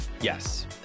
Yes